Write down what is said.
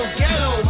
ghetto